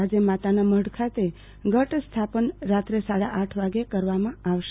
આજે માતાનામઢ ખાતે ઘટસ્થાપન રાત્રે સાડા આઠ વાગ્યે કરવામાં આવશે